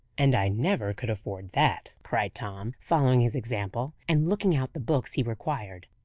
and i never could afford that, cried tom, following his example, and looking out the books he required.